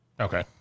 Okay